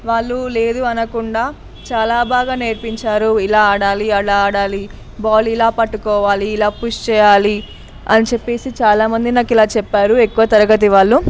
వాళ్ళు లేదు అనకుండా చాలా బాగా నేర్పించారు ఇలా ఆడాలి అలా ఆడాలి బాల్ ఇలా పట్టుకోవాలి ఇలా పుష్ చేయాలి అని చెప్పేసి చాలామంది నాకు ఇలా చెప్పారు ఎక్కువ తరగతి వాళ్ళు